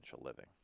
living